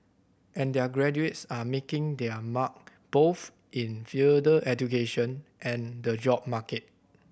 and their graduates are making their mark both in further education and the job market